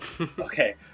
Okay